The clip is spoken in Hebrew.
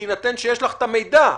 בהינתן שיש לך את המידע.